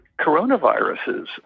coronaviruses